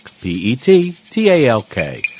P-E-T-T-A-L-K